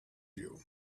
you